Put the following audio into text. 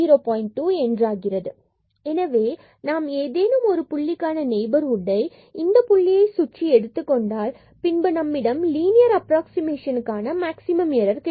2 என்றாகிறது எனவே நாம் ஏதேனும் ஒரு புள்ளிக்கான நெய்பர்ஹுட்டை இந்த புள்ளியைச் சுற்றி எடுத்துக்கொண்டால் பின்பு நம்மிடம் லீனியர் அப்ராக்ஸிமேசன் க்கான மேக்சிமம் எரர் கிடைக்கும்